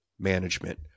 management